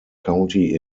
county